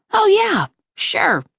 oh, yeah! sure.